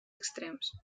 extrems